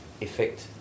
effect